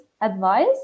advice